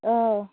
ꯑꯧ